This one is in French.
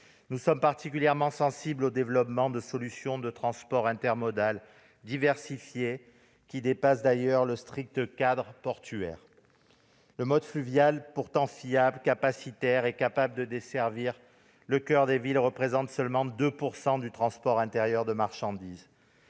Nous sommes particulièrement sensibles au développement de solutions de transport intermodal diversifiées, qui dépassent d'ailleurs le strict cadre portuaire. Le mode fluvial, pourtant fiable, capacitaire et capable de desservir le coeur des villes, représente seulement 2 % du transport intérieur de marchandises.